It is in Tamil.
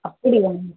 அப்படியா மேம்